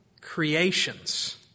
creations